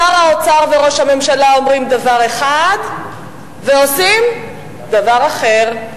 שר האוצר וראש הממשלה אומרים דבר אחד ועושים דבר אחר.